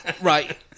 Right